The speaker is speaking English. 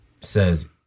says